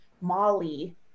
Molly